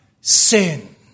sin